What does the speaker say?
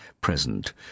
present